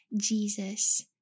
Jesus